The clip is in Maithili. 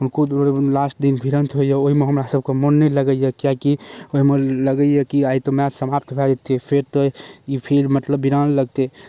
हुनको लास्ट दिन भिड़न्त होइए ओहिमे हमरासभके मोन नहि लगैए किएकि ओहिमे लगैए कि आइ तऽ मैच समाप्त भऽ जेतै फेर तऽ ई फील्ड मतलब विरान लगतै